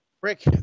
Rick